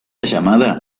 llamada